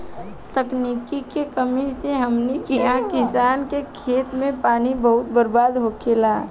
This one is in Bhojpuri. तकनीक के कमी से हमनी किहा किसान के खेत मे पानी बहुत बर्बाद होखेला